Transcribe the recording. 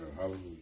Hallelujah